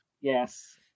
yes